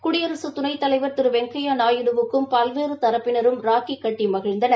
குடியரசு துணைத்தலைவர் திரு வெங்கையா நாயுடு வுக்கும் பல்வேறு தரப்பினரும் ராக்கி கட்டி மகிழ்ந்தனர்